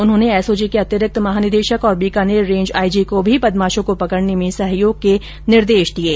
उन्होंने एसओजी के अतिरिक्त महानिदेशक और बीकानेर रेंज आईजी को भी बदमाशों को पकड़ने में सहयोग के निर्देश दिये हैं